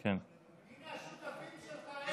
הינה השותפים שלך,